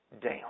down